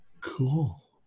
Cool